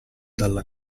dalla